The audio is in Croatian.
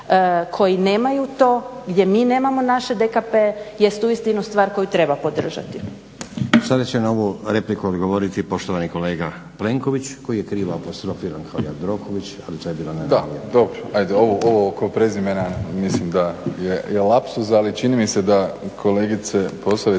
koji nemaju to gdje mi nemamo naše DKP-e jest uistinu stvar koju treba podržati.